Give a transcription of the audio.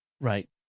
Right